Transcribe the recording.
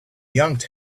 yanked